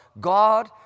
God